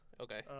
Okay